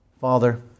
Father